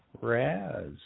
Raz